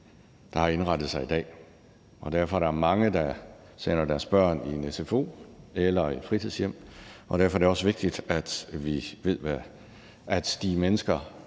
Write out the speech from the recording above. der har indrettet sig i dag, og derfor er der mange, der sender deres børn i en sfo eller på et fritidshjem, og derfor er det også vigtigt, at vi ved, at de mennesker,